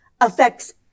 affects